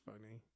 funny